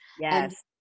Yes